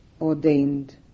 ordained